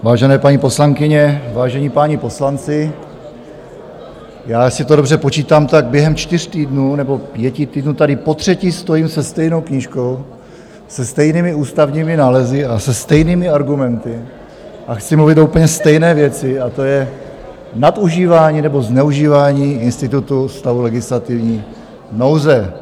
Vážené paní poslankyně, vážení páni poslanci, jestli to dobře počítám, tak během čtyř týdnů nebo pěti týdnů tady potřetí stojím se stejnou knížkou , se stejnými ústavními nálezy a se stejnými argumenty a chci mluvit k úplně stejné věci, a to je nadužívání nebo zneužívání institutu stavu legislativní nouze.